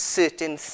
certain